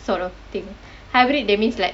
sort of thing hybrid that means like